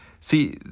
See